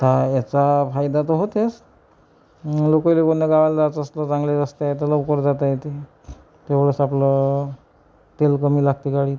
आता याचा फायदा तर होतेच लोकाईले कोणत्या गावाल जायचं असतं चांगले रस्ते आहे तर लवकर जाता येते तेवढंच आपलं तेल कमी लागते गाडीत